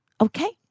okay